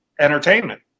entertainment